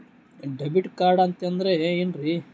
Debit card ಅಂತಂದ್ರೆ ಏನ್ರೀ?